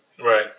right